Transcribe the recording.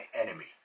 enemy